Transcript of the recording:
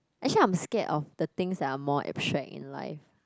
actually I'm scared of the things that are more abstract in life